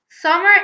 Summer